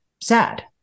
sad